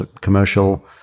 commercial